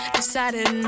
decided